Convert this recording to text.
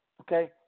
Okay